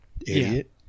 idiot